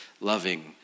loving